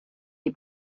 die